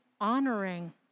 honoring